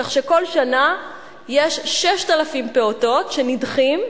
כך שבכל שנה יש 6,000 פעוטות שנדחים.